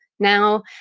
Now